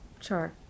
sure